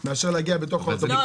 הכי לא טכנולוגי